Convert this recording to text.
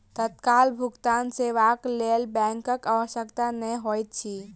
तत्काल भुगतान सेवाक लेल बैंकक आवश्यकता नै होइत अछि